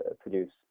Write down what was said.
produce